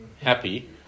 happy